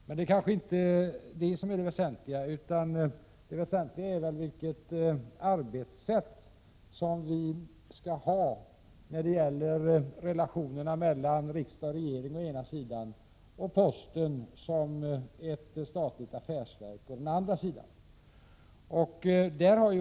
Men det kanske inte är det väsentliga, utan det väsentliga är vilket arbetssätt vi skall ha när det gäller relationerna mellan riksdag och regering, å ena sidan, och posten som statligt affärsverk, å andra sidan.